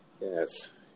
Yes